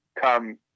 come